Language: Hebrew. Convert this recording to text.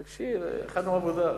תקשיב, הכנו עבודה.